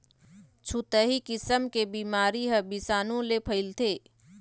छुतही किसम के बिमारी ह बिसानु ले फइलथे